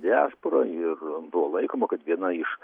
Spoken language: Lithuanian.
diaspora ir buvo laikoma kad viena iš